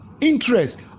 Interest